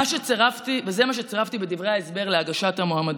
זה מה שצירפתי בדברי ההסבר להגשת המועמדות,